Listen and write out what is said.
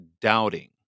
doubting